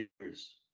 years